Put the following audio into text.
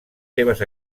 seves